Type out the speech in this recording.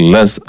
Less